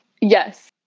Yes